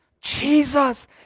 Jesus